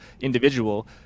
individual